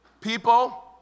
People